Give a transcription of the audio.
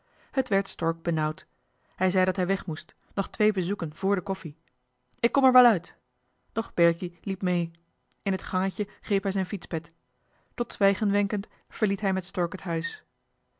het werd stork benauwd hij zei dat hij weg moest nog twee bezoeken vr de koffie ik kom er wel uit doch berkie liep mee in het gangetje greep hij zijn fietspet tot zwijgen wenkend verliet hij met stork het huis